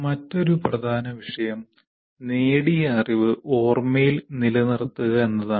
മറ്റൊരു പ്രധാന വിഷയം നേടിയ അറിവ് ഓർമയിൽ നിലനിർത്തുക എന്നതാണ്